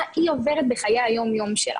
מה היא עוברת בחיי היום יום שלה?